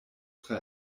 tre